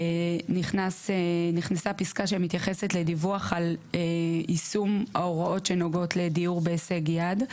נכנסה פסקה שמתייחסת לדיווח על יישום ההוראות שנוגעות לדיור בהישג יד.